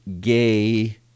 gay